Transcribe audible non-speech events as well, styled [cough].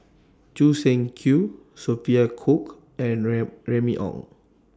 Choo Seng Quee Sophia Cooke and [unintelligible] Remy Ong